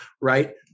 right